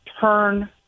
turn